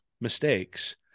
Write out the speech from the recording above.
mistakes